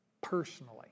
personally